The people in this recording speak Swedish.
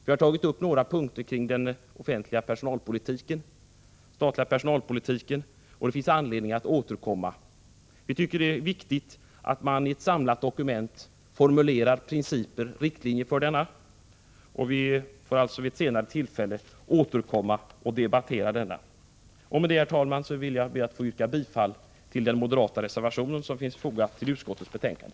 Vi har tagit upp några punkter kring den offentliga personalpolitiken, och det finns anledning att återkomma. Vi tycker det är viktigt att man i ett samlat dokument formulerar principer och riktlinjer för denna. Vi återkommer alltså vid ett senare tillfälle för att debattera denna. Herr talman! Med detta ber jag att få yrka bifall till den moderata reservation som finns fogad till utskottets betänkande.